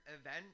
event